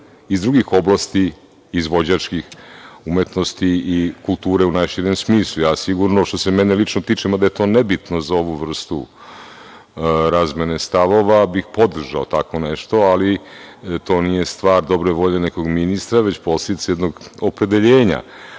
iz drugih oblasti izvođačkih umetnosti i kulture u najširem smislu. Sigurno, što se mene lično tiče, mada je to nebitno za ovu vrstu razmene stavova, bih podržao tako nešto, ali to nije stvar dobre volje nekog ministra već podsticaj jednog opredeljenja.